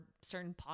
certain